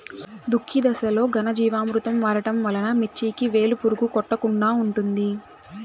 దుక్కి దశలో ఘనజీవామృతం వాడటం వలన మిర్చికి వేలు పురుగు కొట్టకుండా ఉంటుంది?